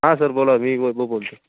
हां सर बोला मी वैभव बोलतो आहे